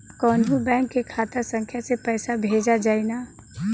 कौन्हू बैंक के खाता संख्या से पैसा भेजा जाई न?